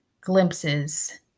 glimpses